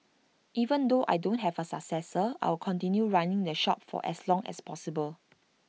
even though I don't have A successor I'll continue running the shop for as long as possible